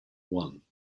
one